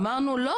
אמרנו "לא,